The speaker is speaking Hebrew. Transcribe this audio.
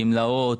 הגמלאות,